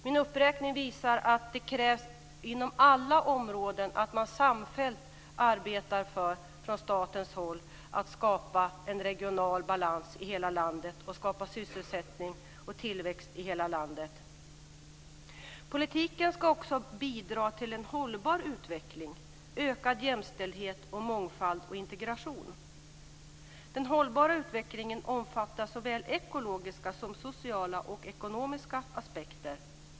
Min uppräkning visar att det inom alla områden krävs att staten arbetar för att skapa en regional balans och sysselsättning och tillväxt i hela landet. Politiken ska också bidra till en hållbar utveckling, ökad jämställdhet, mångfald och integration. Den hållbara utvecklingen omfattar såväl ekologiska som sociala och ekonomiska aspekter.